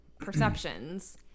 perceptions